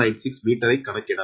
096 மீட்டரைக் கணக்கிடலாம்